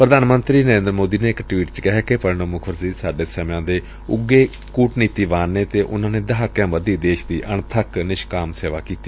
ਪ੍ਧਾਨ ਮੰਤਰੀ ਨਰੇਂਦਰ ਮੋਦੀ ਨੇ ਇਕ ਟਵੀਟ ਚ ਕਿਹੈ ਕਿ ਪ੍ਣਬ ਮੁਖਰਜੀ ਸਾਡੇ ਸਮਿਆਂ ਦੇ ਉਘੇ ਕੁਟਨੀਤੀਵਾਨ ਨੇ ਅਤੇ ਉਨੂਾ ਨੇ ਦਹਾਕਿਆਂ ਬੱਧੀ ਦੇਸ਼ ਦੀ ਅਣਥੱਕ ਨਿਸ਼ਕਾਮ ਸੇਵਾ ਕੀਤੀ